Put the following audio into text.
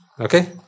okay